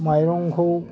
माइरंखौ